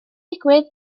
digwydd